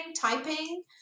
typing